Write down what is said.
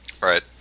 Right